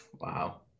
Wow